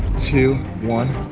two, one,